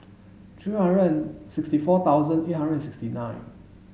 three hundred sixty four thousand eight hundred and sixty nine